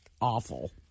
awful